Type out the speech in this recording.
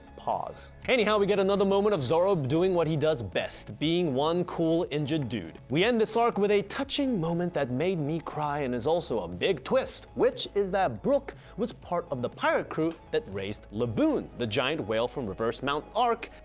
pause, anyhow we get another moment of zoro doing what he does best, being one cool injured dude, we end this arc with a touching moment that made me cry and is also a big twist, which is that brook was part of the pirate crew that raised laboon, the giant whale from reverse mountain arc.